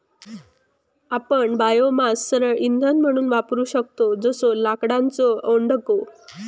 आपण बायोमास सरळ इंधन म्हणून वापरू शकतव जसो लाकडाचो ओंडको